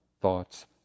thoughts